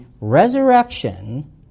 resurrection